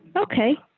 okay.